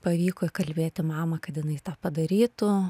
pavyko įkalbėti mamą kad jinai tą padarytų